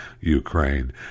Ukraine